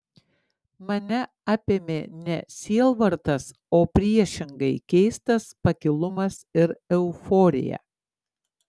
mane apėmė ne sielvartas o priešingai keistas pakilumas ir euforija